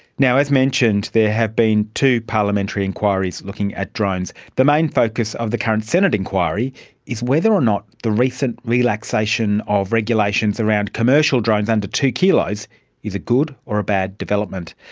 as mentioned, there have been two parliamentary enquiries looking at drones. the main focus of the current senate inquiry is whether or not the recent relaxation of regulations around commercial drones under two kilos is a good or a bad development.